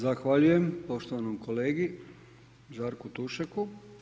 Zahvaljujem poštovanom kolegi Žarku Tušeku.